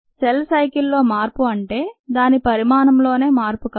cell cycle లో మార్పు అంటే దాన పరిమాణంలోనే మార్పు కాదు